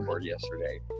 yesterday